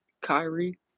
Kyrie